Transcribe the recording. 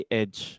edge